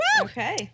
okay